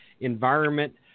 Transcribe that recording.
environment